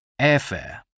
Airfare